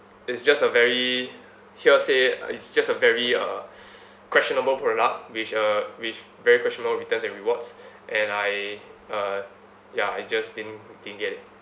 it's just a very hearsay it's just a very a questionable product which uh with very questionable returns and rewards and I uh ya I just didn't didn't get it